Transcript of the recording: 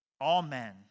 Amen